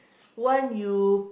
one you